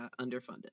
underfunded